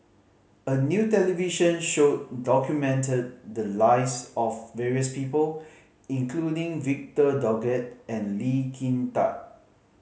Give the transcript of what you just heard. a new television show documented the lives of various people including Victor Doggett and Lee Kin Tat